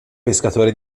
pescatore